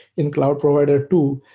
in cloud provider two,